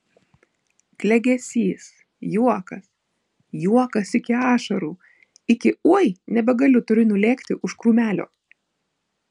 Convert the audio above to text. klegesys juokas juokas iki ašarų iki oi nebegaliu turiu nulėkti už krūmelio